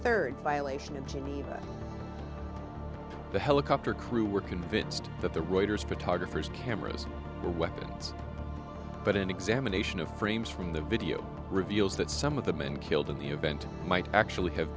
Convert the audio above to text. third violation of geneva the helicopter crew were convinced that the reuters photographers cameras the weapons but an examination of frames from the video reveals that some of the men killed in the event might actually have